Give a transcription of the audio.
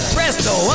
Presto